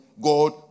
God